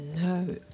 no